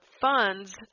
funds